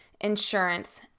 insurance